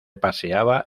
paseaba